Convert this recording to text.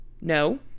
no